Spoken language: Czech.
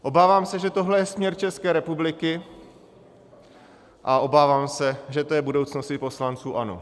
Obávám se, že tohle je směr České republiky, a obávám se, že to je i budoucnost poslanců ANO.